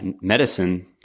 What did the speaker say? medicine